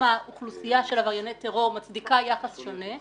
למה אוכלוסייה של עברייני טרור מצדיקה יחס שונה.